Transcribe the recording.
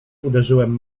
uderzyłem